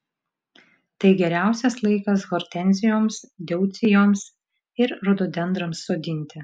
tai geriausias laikas hortenzijoms deucijoms ir rododendrams sodinti